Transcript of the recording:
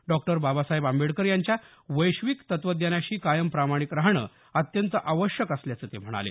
doctor Babasaheb Ambedkar यांच्या वैश्विक तत्वज्ञानाशी कायम प्रामाणिक राहणं अत्यंत आवश्यक असल्याचं ते म्हणाले